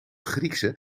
griekse